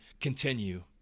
continue –